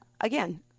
again